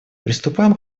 приступаем